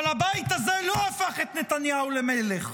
אבל הבית הזה לא הפך את נתניהו למלך.